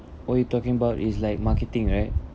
what you're talking about is like marketing right